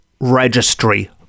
registry